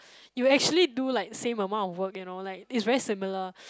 you actually do like same amount of work you know like it's very similar